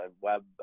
web